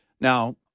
Now